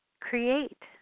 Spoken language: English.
Create